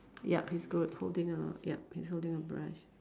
yup he's good holding a yup he's holding a brush